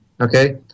okay